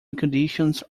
conditions